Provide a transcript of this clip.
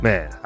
Man